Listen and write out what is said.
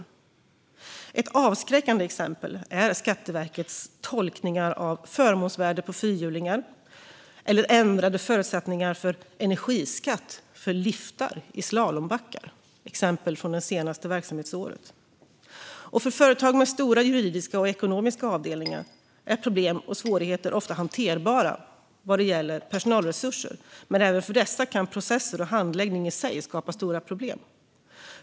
Några avskräckande exempel är Skatteverkets tolkningar av förmånsvärde på fyrhjulingar och ändrade förutsättningar för energiskatt för liftar i slalombackar. Detta är exempel från det senaste verksamhetsåret. För företag med stora juridiska och ekonomiska avdelningar är problem och svårigheter ofta hanterbara vad gäller personalresurser, men även för dessa kan processer och handläggning i sig skapa stora problem.